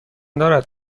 دارد